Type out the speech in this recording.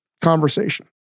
conversation